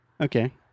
Okay